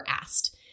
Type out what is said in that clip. asked